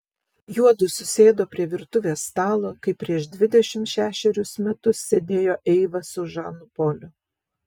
juodu susėdo prie virtuvės stalo kaip prieš dvidešimt šešerius metus sėdėjo eiva su žanu poliu